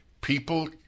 People